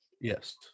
yes